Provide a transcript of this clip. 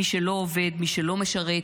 מי שלא עובד, מי שלא משרת.